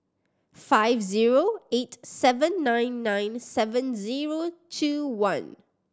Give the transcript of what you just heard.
five zero eight seven nine nine seven zero two one